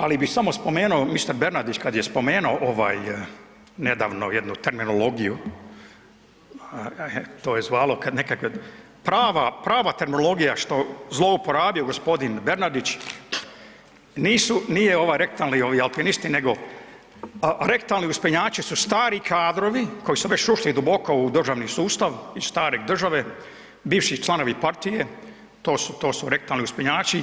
Ali bih samo spomenuo, mister Bernardić kad je spomenuo, ovaj, nedavno jednu terminologiju, to je zvalo kad nekakve prava terminologija što zlouporabio g. Bernardić nisu, nije ova rektalni ovi alpinisti nego rektalni uspinjači su stari kadrovi koji su već ušli duboko u državni sustav iz stare države, bivši članovi partije, to su, rektalni uspinjači,